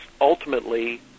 ultimately